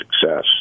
success